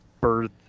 birth